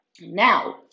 Now